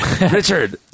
Richard